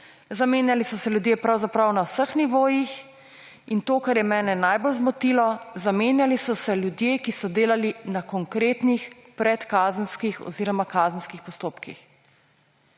Zamenjali so se ljudje pravzaprav na vseh nivojih. In to, kar je mene najbolj zmotilo, zamenjali so se ljudje, ki so delali na konkretnih predkazenskih oziroma kazenskih postopkih.